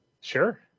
Sure